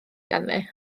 ganddi